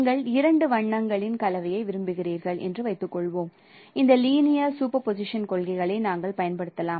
நீங்கள் இரண்டு வண்ணங்களின் கலவையை விரும்புகிறீர்கள் என்று வைத்துக்கொள்வோம் இந்த லீனியர் சூப்பர் போசிஷன்ஸ் கொள்கைகளை நாங்கள் பயன்படுத்தலாம்